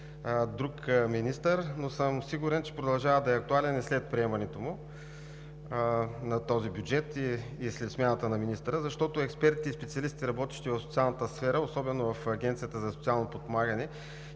друг министър, но съм сигурен, че продължава да е актуален и след приемането на този бюджет, и след смяната на министъра, защото експертите и специалистите, работещи в социалната сфера – особено в Агенцията за социално подпомагане